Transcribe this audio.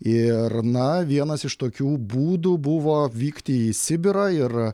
ir na vienas iš tokių būdų buvo vykti į sibirą ir